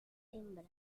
hembras